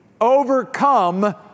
overcome